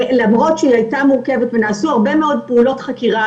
ולמרות שהיא הייתה מורכבת ונעשו הרבה מאוד פעולות חקירה.